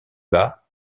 bas